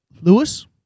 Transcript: Lewis